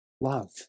Love